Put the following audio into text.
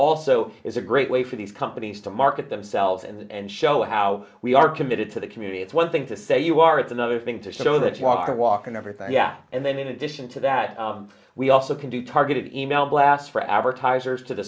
also is a great way for these companies to market themselves and show how we are committed to the community it's one thing to say you are it's another thing to show that you are walking everything and then in addition to that we also can do targeted e mail blasts for advertisers to the